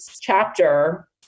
chapter